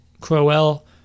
Crowell